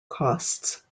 costs